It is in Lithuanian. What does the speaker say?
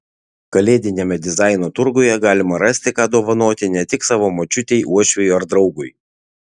kalėdiniame dizaino turguje galima rasti ką dovanoti ne tik savo močiutei uošviui ar draugui